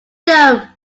them